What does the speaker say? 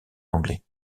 anglais